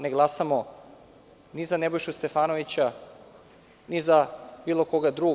Ne glasamo ni za Nebojšu Stefanovića, ni za bilo koga drugog.